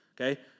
okay